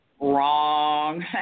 Wrong